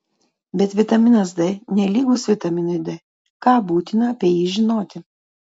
bet vitaminas d nelygus vitaminui d ką būtina apie jį žinoti